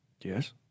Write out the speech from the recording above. Yes